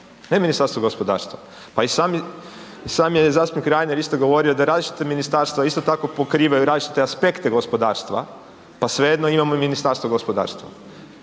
Ne Ministarstvo gospodarstva. Pa i sami je zastupnik Reiner isto govorio da različita ministarstva isto tako pokrivaju različite aspekte gospodarstva, pa svejedno imamo i Ministarstvo gospodarstva.